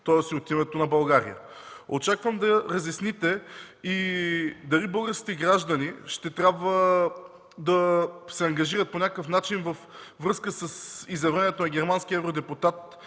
и от името на България? Очаквам да разясните и дали българските граждани ще трябва да се ангажират по някакъв начин във връзка с изявлението на германския евродепутат